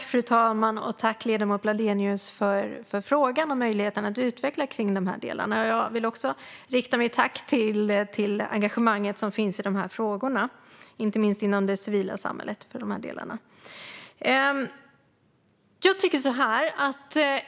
Fru talman! Tack, ledamoten Bladelius, för frågan och möjligheten att utveckla dessa delar! Jag vill också tacka för det engagemang som finns i dessa frågor, inte minst i det civila samhället.